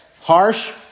harsh